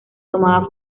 tomaba